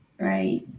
right